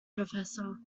professor